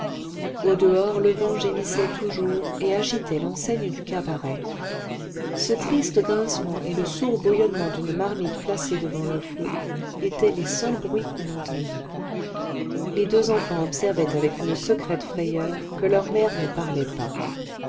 au-dehors le vent gémissait toujours et agitait l'enseigne du cabaret ce triste grincement et le sourd bouillonnement d'une marmite placée devant le feu étaient les seuls bruits qu'on entendît les deux enfants observaient avec une secrète frayeur que leur mère ne parlait pas